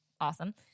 awesome